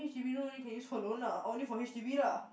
she will not only can use for loan ah only for H_D_B lah